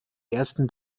ersten